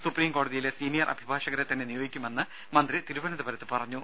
supreme കോടതിയിലെ senior അഭിഭാഷകരെ തന്നെ നിയോഗിക്കുമെന്ന് മന്ത്രി തിരുവനന്തപുരത്ത് പറഞ്ഞു